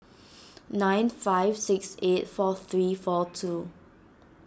nine five six eight four three four two